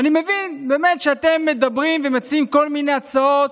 ואני מבין באמת שאתם מדברים ומציעים כל מיני הצעות